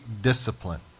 discipline